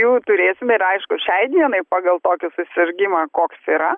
jų turėsim ir aišku šiai dienai pagal tokį susirgimą koks yra